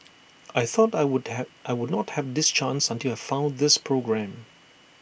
I thought I would have I would not have this chance until I found this programme